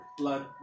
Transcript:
blood